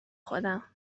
خودم